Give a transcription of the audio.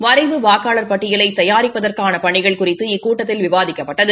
வரைவு வாக்காளர் பட்டியலை தயாரிப்பதற்கான பணிகள் குறிதது இக்கூட்டத்தில் விவாதிக்கப்பட்டது